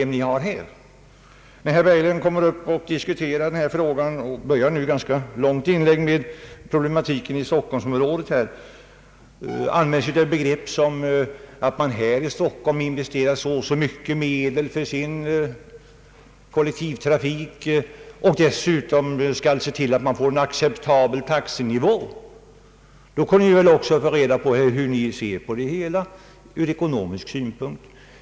Men när herr Berglund diskuterar denna fråga och inleder sitt ganska långa inlägg med problemen i Stockholmsområdet samt förklarar att man i Stockholm investerar så och så stora medel för sin kollektivtrafik och dessutom skall se till att en acceptabel taxenivå åstadkommes, då kan vi väl också få reda på hur ni ser på hela problemet från ekonomisk synpunkt.